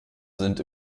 sind